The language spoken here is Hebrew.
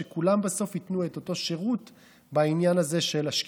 שכולם בסוף ייתנו את אותו שירות בעניין הזה של השקיפות.